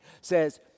says